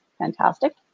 fantastic